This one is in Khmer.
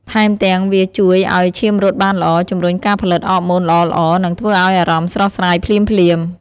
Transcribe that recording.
ថែមទាំង វាជួយឲ្យឈាមរត់បានល្អ ជំរុញការផលិតអរម៉ូនល្អៗ និងធ្វើឲ្យអារម្មណ៍ស្រស់ស្រាយភ្លាមៗ។